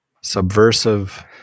subversive